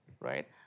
right